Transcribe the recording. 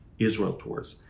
israel tours.